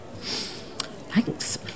Thanks